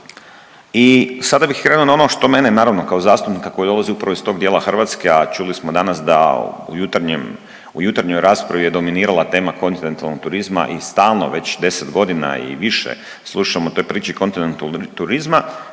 I sada bih krenuo na ono što mene naravno kao zastupnika koji dolazi upravo iz tog dijela Hrvatske, a čuli smo danas da u jutarnjim, u jutarnjoj raspravi je dominirala tema kontinentalnog turizma i stalno već 10 godina i više slušam o toj priči kontinentalnog turizma.